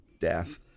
death